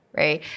right